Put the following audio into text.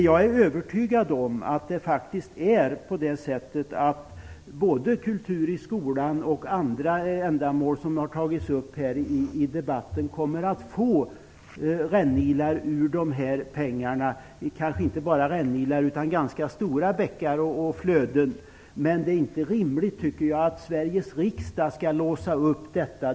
Jag är övertygad om att både kultur i skolan och andra ändamål som här har tagits upp i debatten kommer att få rännilar ur dessa pengar, kanske inte bara rännilar utan ganska stora bäckar och flöden. Men jag tycker inte det är rimligt att Sveriges riksdag skall låsa upp detta.